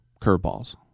curveballs